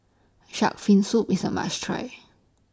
Shark's Fin Soup IS A must Try